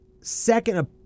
Second